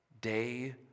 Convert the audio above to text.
day